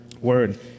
word